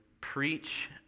preach